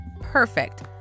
perfect